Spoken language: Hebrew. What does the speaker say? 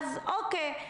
אז אוקיי,